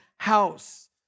House